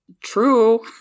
True